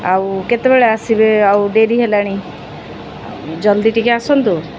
ଆଉ କେତେବେଳେ ଆସିବେ ଆଉ ଡେରି ହେଲାଣି ଜଲ୍ଦି ଟିକେ ଆସନ୍ତୁ